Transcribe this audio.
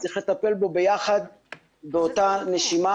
צריך לטפל בו ביחד באותה נשימה,